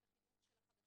אני כתבת החינוך של החדשות.